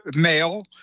Male